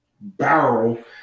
barrel